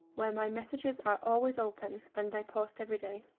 where my messages are always open and i post every day.